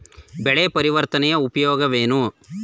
ಬೆಳೆ ಪರಿವರ್ತನೆಯ ಉಪಯೋಗವೇನು?